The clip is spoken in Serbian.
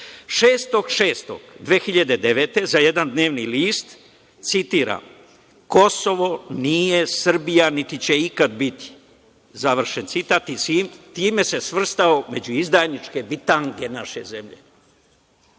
godine, za jedan dnevni list, citiram – Kosovo nije Srbija, niti će ikad biti, završen citat. Time se svrstao među izdajničke bitange naše zemlje.